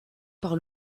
par